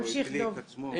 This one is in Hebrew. הוא מייצג את עצמו.